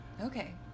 Okay